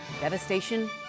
Devastation